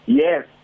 yes